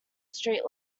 street